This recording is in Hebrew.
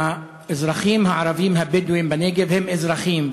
האזרחים הערבים הבדואים בנגב הם אזרחים,